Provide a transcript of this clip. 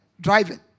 driving